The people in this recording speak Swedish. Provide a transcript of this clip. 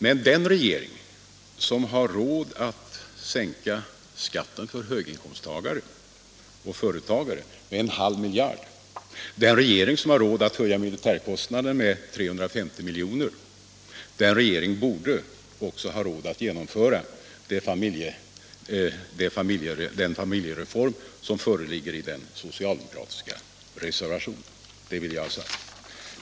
Men den regering som har råd att sänka skatten för höginkomsttagare och företagare med en halv miljard, den regering som har råd att höja militärkostnaderna med 350 miljoner, den regeringen borde också ha råd att genomföra den familjereform som föreslagits i den socialdemokratiska reservationen. Det vill jag ha sagt.